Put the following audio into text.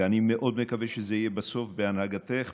ואני מאוד מקווה שזה יהיה בסוף בהנהגתך,